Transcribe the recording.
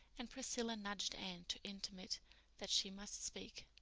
and priscilla nudged anne to intimate that she must speak.